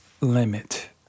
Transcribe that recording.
limit